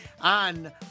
on